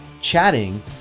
chatting